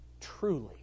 Truly